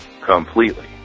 completely